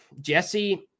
Jesse